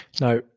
Now